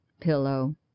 pillow